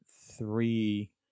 three